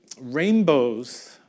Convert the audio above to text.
rainbows